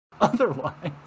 otherwise